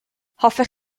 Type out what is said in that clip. hoffech